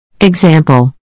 Example